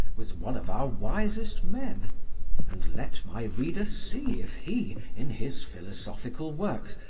was one of our wisest men and let my reader see if he, in his philosophical works,